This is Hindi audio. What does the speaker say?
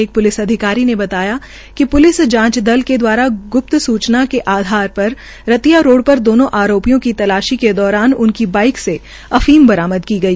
एक प्लिस अधिकारी ने बताया कि प्लिस जांच दल के दवारा ग्प्ता सूचना के आधार रतिया रोड़ पर दोनो आरोपियों की तलाशी के दौरान उनकी बाइक से अफीम बरामद की गई